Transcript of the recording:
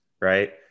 right